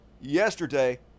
yesterday